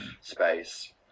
space